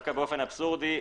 דווקא באופן אבסורדי,